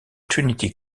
trinity